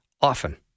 often